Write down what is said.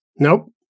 Nope